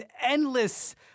endless